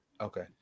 okay